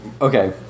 Okay